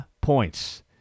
Points